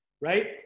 right